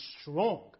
strong